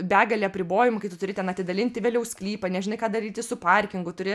begalė apribojimų kai tu turi ten atidalinti vėliau sklypą nežinai ką daryti su parkingu turi